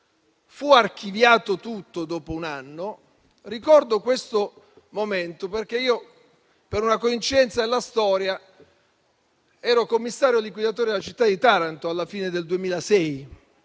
Fu archiviato tutto dopo un anno. Ricordo questo momento perché io, per una coincidenza della storia, ero commissario liquidatore della città di Taranto alla fine del 2006.